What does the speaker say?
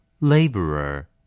Laborer